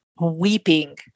weeping